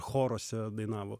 choruose dainavo